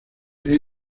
grado